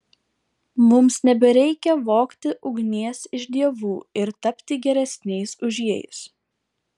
mums nebereikia vogti ugnies iš dievų ir tapti geresniais už jais